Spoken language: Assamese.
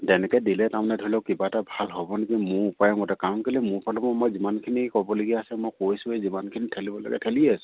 তেনেকে দিলে তাৰমানে ধৰি লওক কিবা এটা ভাল হ'ব নেকি মোৰ উপায় মতে কাৰণ কেলে মোৰ ফালৰ পৰা মই যিমানখিনি ক'বলগিয়া আছে মই কৈছোঁ এই যিমানখিনি ঠেলিবলগীয়া ঠেলিয়ে আছোঁ